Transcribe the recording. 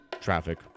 traffic